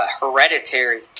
hereditary